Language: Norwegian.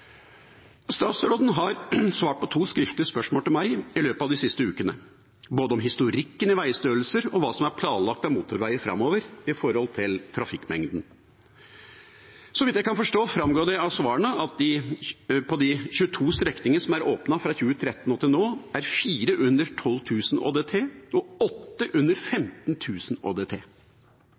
Statsråden har svart på to skriftlige spørsmål til meg i løpet av de siste ukene, både om historikken i veistørrelser og om hva som er planlagt av motorveier framover i forhold til trafikkmengden. Så vidt jeg kan forstå, framgår det av svarene at på de 22 strekningene som er åpnet fra 2013 og til nå, er fire under 12 000 ÅDT og åtte under 15 000 ÅDT.